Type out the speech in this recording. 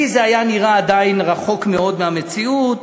לי זה נראה עדיין רחוק מאוד מהמציאות,